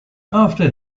after